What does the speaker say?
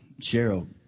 Cheryl